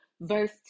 Verse